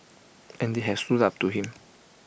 and they have stood up to him